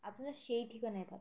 আপনারা সেই ঠিকানায় পাবেন